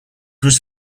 was